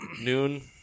noon